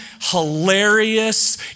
hilarious